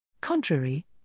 Contrary